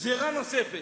גזירה נוספת.